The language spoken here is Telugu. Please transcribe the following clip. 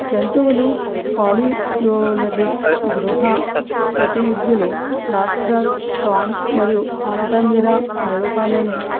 జంతువులు ఫాలీ యొదరిక్ గృహ ప్రాతినిధ్యులు లాస్ట్ ఫ్రాన్స్ మరియు ఆల్టమీరా ఐరోపాలని